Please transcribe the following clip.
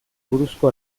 buruzko